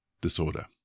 disorder